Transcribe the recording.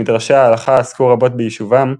שמדרשי ההלכה עסקו רבות ביישובם,